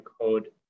code